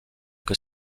que